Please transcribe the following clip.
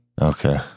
Okay